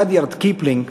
רודיארד קיפלינג,